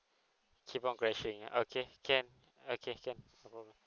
keep on crashing ah okay can okay can no problem